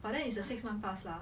but then it's a six month pass lah